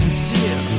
Sincere